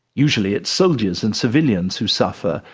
usually it's soldiers and civilians who suffer,